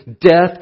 death